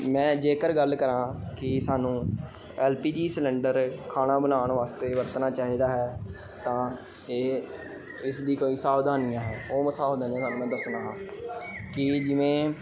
ਮੈਂ ਜੇਕਰ ਗੱਲ ਕਰਾਂ ਕਿ ਸਾਨੂੰ ਐੱਲ ਪੀ ਜੀ ਸਿਲੰਡਰ ਖਾਣਾ ਬਣਾਉਣ ਵਾਸਤੇ ਵਰਤਣਾ ਚਾਹੀਦਾ ਹੈ ਤਾਂ ਕਿ ਇਸ ਦੀ ਕਈ ਸਾਵਧਾਨੀਆਂ ਹੈ ਉਹ ਸਾਵਧਾਨੀਆਂ ਤੁਹਾਨੂੰ ਮੈਂ ਦੱਸਦਾ ਹਾਂ ਕਿ ਜਿਵੇਂ